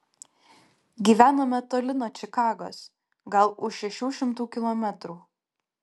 gyvenome toli nuo čikagos gal už šešių šimtų kilometrų